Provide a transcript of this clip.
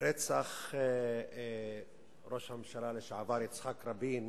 רצח ראש הממשלה לשעבר יצחק רבין